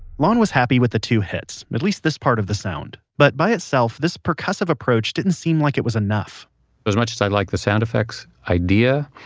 lon was happy with the two hits, at least this part of the sound. but by itself, this percussive approach didn't seem like it was enough as much as i liked like the sound effects idea,